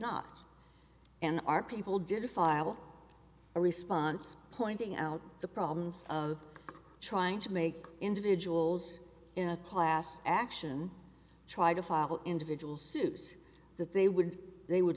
not and our people did file a response pointing out the problems of trying to make individuals in a class action individual souse that they would they would